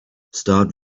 start